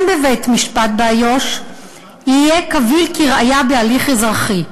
בבית-משפט באיו"ש יהיה קביל כראיה בהליך אזרחי.